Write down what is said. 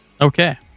Okay